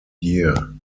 year